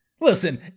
Listen